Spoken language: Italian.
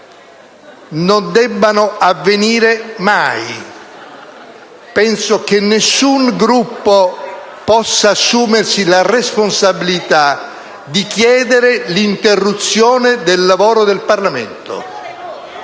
non debbano avvenire mai e penso che nessun Gruppo possa assumersi la responsabilità di chiedere l'interruzione del lavoro del Parlamento.